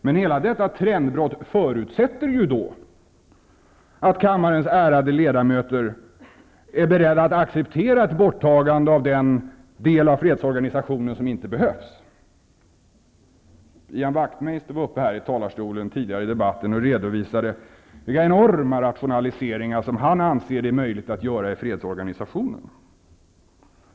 Men hela trendbrottet förutsätter att kammarens ärade ledamöter är beredda att acceptera ett borttagande av den del av fredsorganisationen som inte behövs. Ian Wachtmeister redovisade tidigare vilka enorma rationaliseringar han anser möjliga att göra i fredsorganisationen.